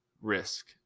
risk